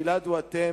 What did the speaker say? גלעד הוא אתם,